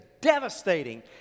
devastating